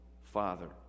father